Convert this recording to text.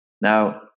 Now